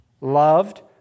loved